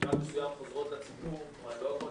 במובן מסוים חוזרות לציבור ולאו דווקא